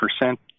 percent